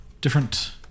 different